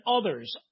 others